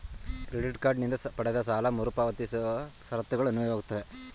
credit card ನಿಂದ ಪಡೆದ ಸಾಲ ಮರುಪಾವತಿಸುವ ಷರತ್ತುಗಳು ಅನ್ವಯವಾಗುತ್ತವೆ